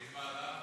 לאיזו ועדה?